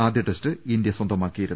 ആദ്യ test India സ്വന്തമാക്കിയിരുന്നു